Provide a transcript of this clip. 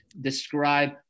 describe